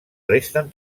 resten